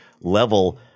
level